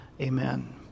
Amen